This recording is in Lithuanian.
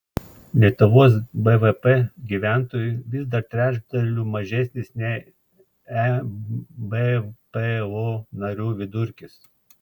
lietuvos bvp gyventojui vis dar trečdaliu mažesnis nei ebpo narių vidurkis